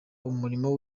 umurimo